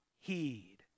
heed